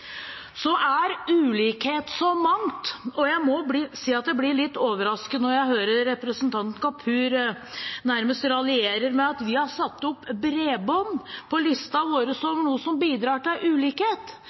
er så mangt, og jeg må si at jeg ble litt overrasket da jeg hørte representanten Kapur nærmest raljere med at vi har satt opp bredbånd på